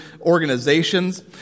organizations